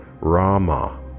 rama